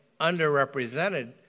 underrepresented